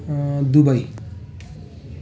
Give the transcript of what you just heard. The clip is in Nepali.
दुबई